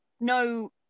no